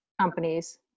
companies